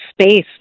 space